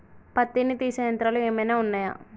పత్తిని తీసే యంత్రాలు ఏమైనా ఉన్నయా?